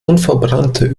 unverbrannte